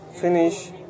finish